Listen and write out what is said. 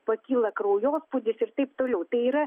pakyla kraujospūdis ir taip toliau tai yra